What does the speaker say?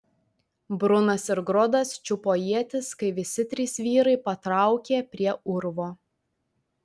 brunas ir grodas čiupo ietis kai visi trys vyrai patraukė prie urvo